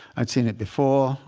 i'd seen it before.